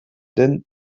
den